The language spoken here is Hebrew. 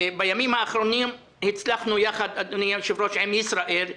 בימים האחרונים הצלחנו יחד עם "ישראייר"